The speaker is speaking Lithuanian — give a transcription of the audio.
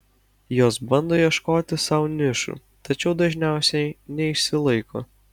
jos bando ieškoti sau nišų tačiau dažniausiai neišsilaiko